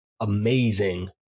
amazing